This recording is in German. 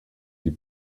die